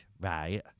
right